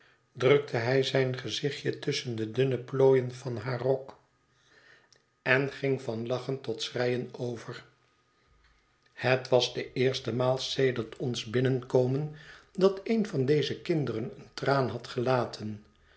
drukte hij zijn gezichtje tusschen de dunne plooien van haar rok en ging van lachen tot schreien over het was de eerste maal sedert ons binnenkomen dat een van deze kinderen een traan had gelaten